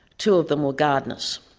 two of them were gardeners.